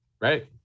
right